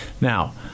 Now